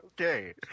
Okay